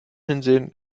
hinsehen